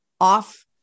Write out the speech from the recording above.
off